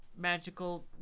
magical